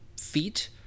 feet